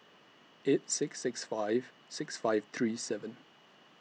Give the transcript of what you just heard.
eight six six five six five three seven